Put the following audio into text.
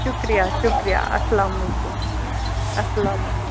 شُکریہ شُکریہ اَسلام علیکُم اَسلام